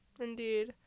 Indeed